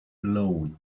lawn